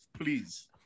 please